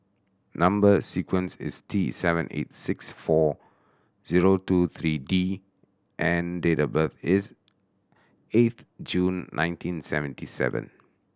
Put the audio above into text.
number sequence is T seven eight six four zero two three D and date of birth is eighth June nineteen seventy seven